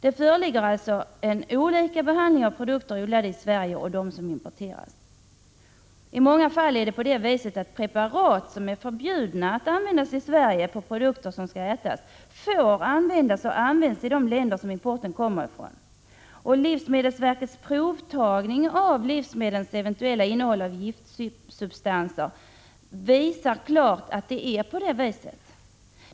Det föreligger alltså olika behandling av produkter, odlade i Sverige, och de produkter som importeras. I många fall är det så att preparat, som är förbjudna att användas i Sverige på produkter som skall ätas, får användas — och används — i de länder som importen kommer ifrån. Livsmedelsverkets provtagning av livsmedlens eventuella innehåll av giftsubstanser visar klart att det är på det viset.